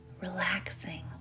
Relaxing